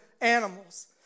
animals